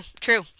true